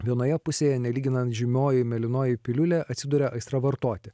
vienoje pusėje nelyginant žymioji mėlynoji piliulė atsiduria aistra vartoti